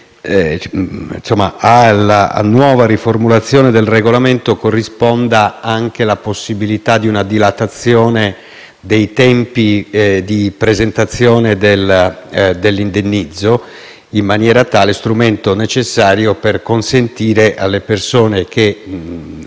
è che alla nuova riformulazione del regolamento corrisponda anche la possibilità di una dilatazione dei tempi di presentazione dell'indennizzo, strumento necessario per consentire alle persone che